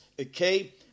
okay